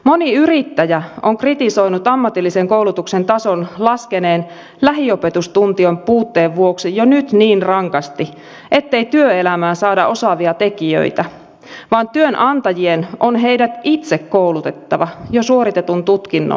moni yrittäjä on kritisoinut ammatillisen koulutuksen tason laskeneen lähiopetustuntien puutteen vuoksi jo nyt niin rankasti ettei työelämään saada osaavia tekijöitä vaan työnantajien on heidät itse koulutettava jo suoritetun tutkinnon päälle